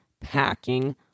packing